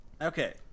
Okay